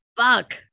fuck